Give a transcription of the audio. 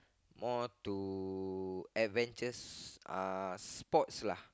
more to adventures uh sports lah